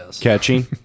Catching